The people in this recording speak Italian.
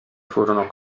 furono